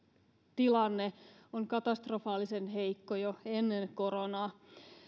tilanne oli katastrofaalisen heikko jo ennen koronaa